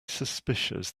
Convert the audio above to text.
suspicious